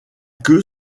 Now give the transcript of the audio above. queue